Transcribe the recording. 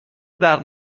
درد